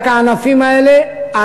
רק הענפים האלה,